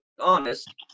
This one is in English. honest